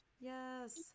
yes